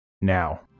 now